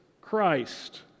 Christ